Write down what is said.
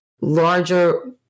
larger